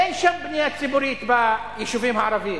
אין שם בנייה ציבורית, ביישובים הערביים.